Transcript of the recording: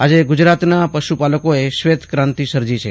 આજે ગુજરાતના પશુપાલકોએ શ્વેતકાંતિ સર્જી છે